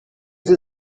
sie